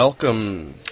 Welcome